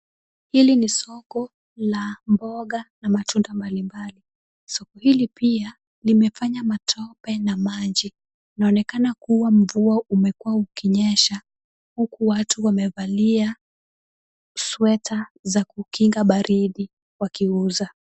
Hili ni soko la mboga na matunda mbalimbali, soko hili pia limefanya matope na maji. Unaonekana kuwa mvua umekua ukinyesha, huku watu wamevalia sweater za kukinga baridi wakiuza.